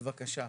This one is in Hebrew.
בבקשה.